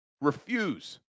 refuse